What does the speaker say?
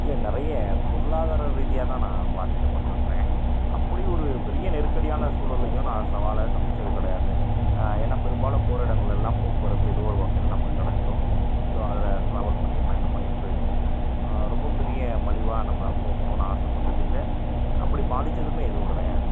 இல்லை நிறைய பொருளாதார ரீதியாக தான் நான் பாதிக்கப்பட்டிருக்கறேன் அப்படி ஒரு பெரிய நெருக்கடியான சூழலையும் நான் சவாலை சந்தித்தது கிடையாது ஏன்னால் பெரும்பாலும் போகிற இடங்கள் எல்லாம் போக்குவரத்து ஏதோ ஒரு வகையில் நமக்கு கிடச்சிரும் ஸோ அதில் ட்ராவல் பண்ணி பயணம் பண்ணி போய்விடுவோம் ரொம்ப பெரிய மலிவாக நம்ம போகணும்னு ஆசைப்பட்டதில்ல அப்படி பாதித்ததுமே எதுவும் கிடையாது